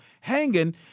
hanging